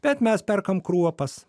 bet mes perkam kruopas